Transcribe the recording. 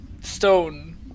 stone